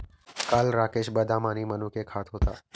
काल राकेश बदाम आणि मनुके खात होता